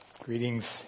Greetings